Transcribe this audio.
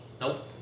Nope